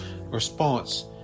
response